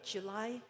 July